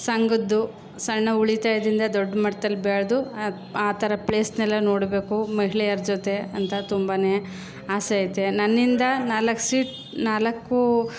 ಸಂಘದ್ದು ಸಣ್ಣ ಉಳಿತಾಯದಿಂದ ದೊಡ್ಡ ಮಟ್ದಲ್ಲಿ ಬೆಳೆದು ಆ ಆ ಥರ ಪ್ಲೇಸ್ನೆಲ್ಲ ನೋಡಬೇಕು ಮಹಿಳೆಯರ ಜೊತೆ ಅಂತ ತುಂಬನೇ ಆಸೆ ಐತೆ ನನ್ನಿಂದ ನಾಲ್ಕು ಸೀಟ್ ನಾಲ್ಕು